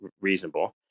reasonable